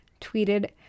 tweeted